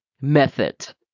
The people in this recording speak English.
method